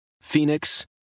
Phoenix